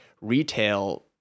retail